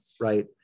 right